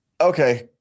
Okay